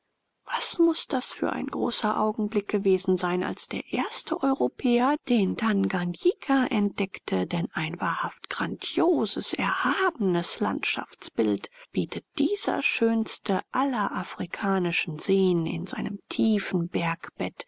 was muß das für ein großer augenblick gewesen sein als der erste europäer den tanganjika entdeckte denn ein wahrhaft grandioses erhabenes landschaftsbild bietet dieser schönste aller afrikanischen seen in seinem tiefen bergbett